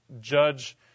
judge